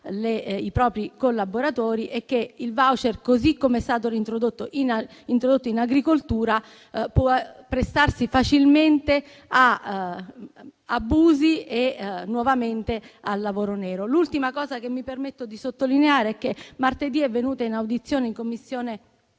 i propri collaboratori. Inoltre, il *voucher*, così come è stato introdotto in agricoltura, può prestarsi facilmente ad abusi e al lavoro nero. L'ultimo punto che mi permetto di sottolineare è che martedì è venuta in audizione in 10ª Commissione